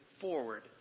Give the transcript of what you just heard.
forward